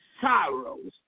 sorrows